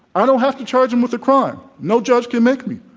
i don't have to charge him with a crime. no judge can make me.